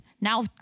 now